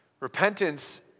Repentance